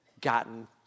gotten